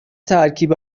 ترکیب